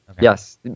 Yes